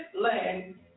land